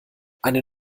eine